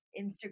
Instagram